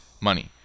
money